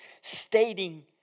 stating